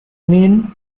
nähen